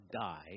die